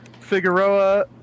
Figueroa